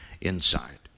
inside